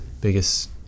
biggest